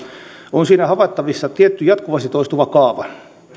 on siinä havaittavissa tietty jatkuvasti toistuva kaava